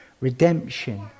redemption